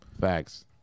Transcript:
Facts